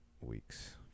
weeks